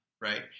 right